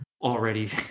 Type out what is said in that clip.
already